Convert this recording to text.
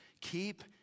Keep